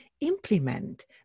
implement